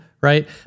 right